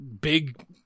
big